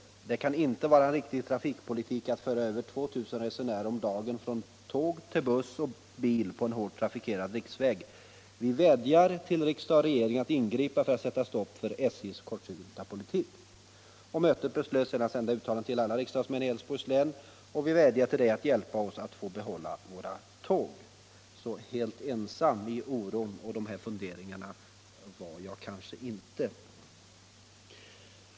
Det kan inte vara riktig trafikpolitik att föra över två tusen resenärer om dagen från tåg till buss och bil på en hårt trafikerad riksväg. Vi vädjar till riksdag och regering att ingripa för att sätta stopp för SJ:s kortsynta politik. Mötet beslöt att sända uttalandet till alla riksdagsmän i Älvsborgs län och jag vädjar till Dig att hjälpa oss att få behålla våra tåg.” Så helt ensam i fråga om oron och dessa funderingar är jag kanske inte.